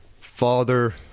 father